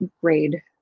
grade